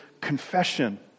confession